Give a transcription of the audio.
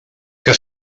que